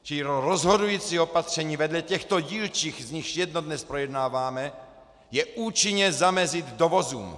Čili rozhodující opatření vedle těchto dílčích, z nichž jedno dnes projednáváme, je účinně zamezit dovozům!